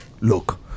Look